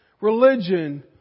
religion